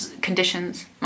conditions